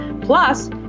Plus